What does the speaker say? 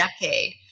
decade